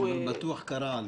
הוא בטוח קרא עליה.